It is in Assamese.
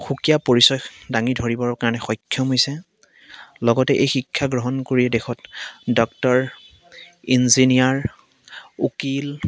সুকীয়া পৰিচয় দাঙি ধৰিবৰ কাৰণে সক্ষম হৈছে লগতে এই শিক্ষা গ্ৰহণ কৰিয়েই দেশত ডক্তৰ ইঞ্জিনিয়াৰ উকিল